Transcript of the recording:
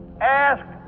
ask